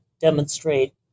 demonstrate